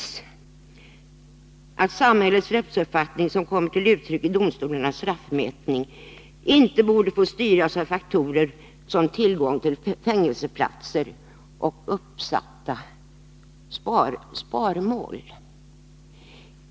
I reservationen står det bl.a. ”att samhällets rättsuppfattning som kommer till uttryck i domstolarnas straffmätning inte borde få styras av faktorer som tillgång till fängelseplatser och uppsatta sparmål”.